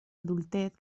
adultez